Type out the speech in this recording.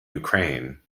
ukraine